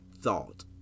thought